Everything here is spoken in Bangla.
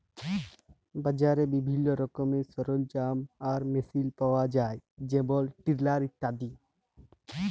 বাজারে বিভিল্ল্য রকমের সরলজাম আর মেসিল পাউয়া যায় যেমল টিলার ইত্যাদি